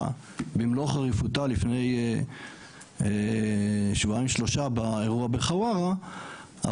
במלוא חריפותה לפני שבועיים שלושה באירוע בחווארה,